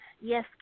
Yes